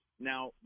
Now